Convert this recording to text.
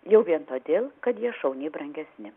jau vien todėl kad jie šauniai brangesni